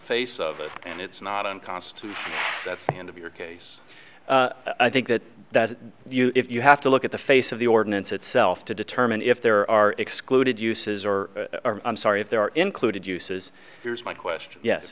face of it and it's not unconstitutional that's the end of your i think that that if you have to look at the face of the ordinance itself to determine if there are excluded uses or i'm sorry if there are included uses here's my question yes